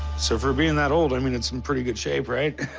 so for being that old, i mean, it's in pretty good shape, right?